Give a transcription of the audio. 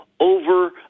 Over